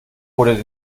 oder